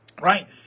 Right